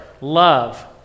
Love